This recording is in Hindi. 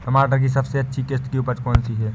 टमाटर की सबसे अच्छी किश्त की उपज कौन सी है?